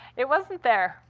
it? it wasn't there.